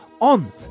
on